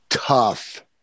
Tough